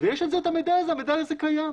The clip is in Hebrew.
ויש את המידע הזה, המידע הזה קיים.